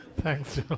Thanks